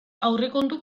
aurrekontu